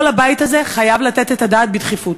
כל הבית הזה חייב לתת את הדעת בדחיפות.